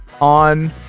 on